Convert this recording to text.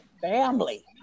family